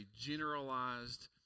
generalized